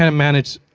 and manage